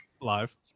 live